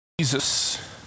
Jesus